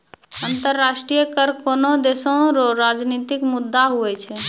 अंतर्राष्ट्रीय कर कोनोह देसो रो राजनितिक मुद्दा हुवै छै